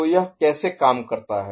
तो यह कैसे काम करता है